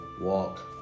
walk